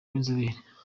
b’inzobere